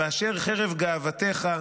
ואשר חרב גאותֶך,